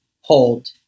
hold